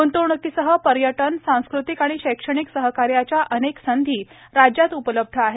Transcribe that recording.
ग्ंतवण्कीसह पर्यटन सांस्कृतिक आणि शैक्षणिक सहकार्याच्या अनेक संधी राज्यात उपलब्ध आहेत